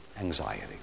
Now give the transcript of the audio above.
anxiety